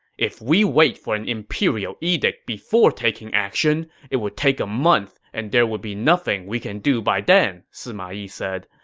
if we wait for an imperial edict before taking action, it would take a month and there would be nothing we can do by then, sima yi said.